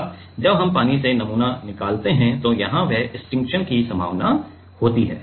अब जब हम पानी से नमूना निकालते हैं तो यहाँ यह स्टिक्शन की संभावना होती है